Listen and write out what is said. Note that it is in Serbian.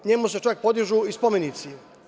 Njemu se čak podižu i spomenici.